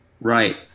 Right